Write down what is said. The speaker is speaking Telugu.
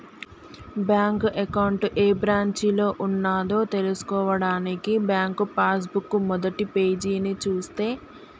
బ్యాంకు అకౌంట్ ఏ బ్రాంచిలో ఉన్నదో తెల్సుకోవడానికి బ్యాంకు పాస్ బుక్ మొదటిపేజీని చూస్తే